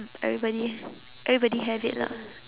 everybody everybody have it lah